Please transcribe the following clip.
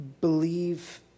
believe